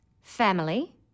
family